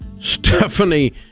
Stephanie